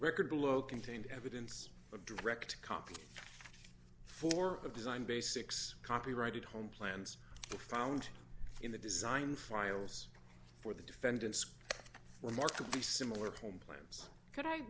record below contained evidence of direct copy for the design basics copyrighted home plans found in the design files for the defendants remarkably similar home plans could i